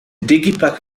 digipak